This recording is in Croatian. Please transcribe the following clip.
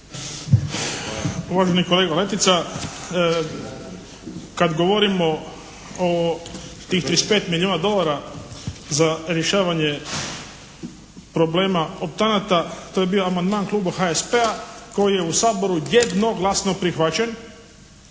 Uvaženi kolega Letica! Kad govorimo o tih 35 milijuna dolara za rješavanje problema optanata to je bio amandman kluba HSP-a koji je u Saboru jednoglasno prihvaćen